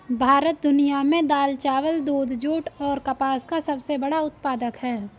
भारत दुनिया में दाल, चावल, दूध, जूट और कपास का सबसे बड़ा उत्पादक है